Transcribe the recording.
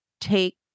take